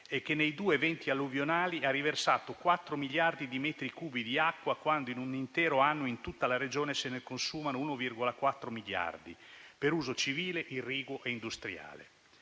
e che, nei due eventi alluvionali, ha riversato 4 miliardi di metri cubi di acqua, quando in un intero anno, in tutta la Regione, se ne consumano 1,4 miliardi per uso civile, irriguo e industriale.